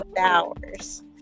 hours